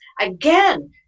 again